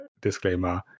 disclaimer